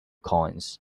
coins